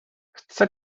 chcę